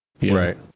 right